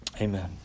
Amen